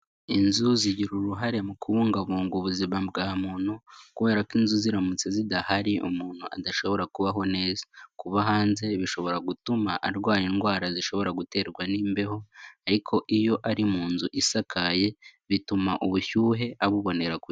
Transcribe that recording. Inzu zigira uruhare mu kubungabunga ubuzima bwa muntu kubera ko inzu ziramutse zidahari umuntu adashobora kubaho neza, kuba hanze bishobora gutuma arwara indwara zishobora guterwa n'imbeho ariko iyo ari mu nzu isakaye, bituma ubushyuhe abubonera ku gihe.